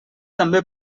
també